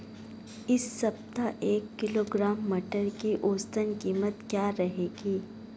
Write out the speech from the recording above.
इस सप्ताह एक किलोग्राम मटर की औसतन कीमत क्या रहेगी?